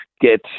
get